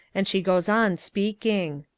and she goes on speaking.